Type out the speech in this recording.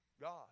God